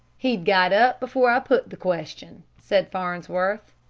he'd got up before i put the question, said farnsworth.